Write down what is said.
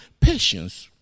patience